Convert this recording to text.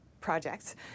projects